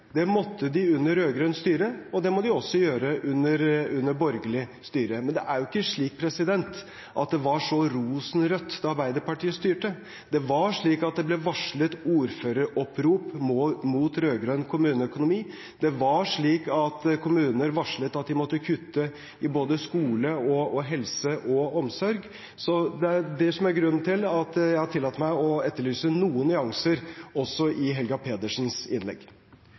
Det måtte de under rød-grønt styre, og det må de også gjøre under borgerlig styre. Men det er ikke slik at det var så rosenrødt da Arbeiderpartiet styrte. Det ble varslet ordføreropprop mot rød-grønn kommuneøkonomi, og kommuner varslet at de måtte kutte i både skole, helse og omsorg. Det er det som er grunnen til at jeg har tillatt meg å etterlyse noen nyanser også i Helga Pedersens innlegg.